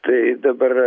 tai dabar